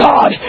God